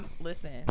Listen